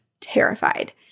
terrified